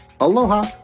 Aloha